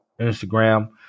Instagram